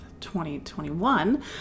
2021